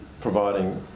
providing